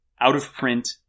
out-of-print